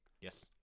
Yes